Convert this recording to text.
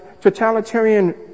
totalitarian